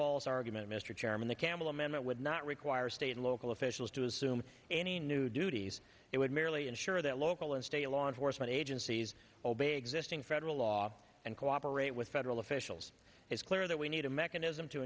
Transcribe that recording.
false argument mr chairman the campbell amendment would not require state local officials to assume any new duties it would merely ensure that local and state law enforcement agencies obey existing federal law and cooperate with federal officials it's clear that we need a mechanism to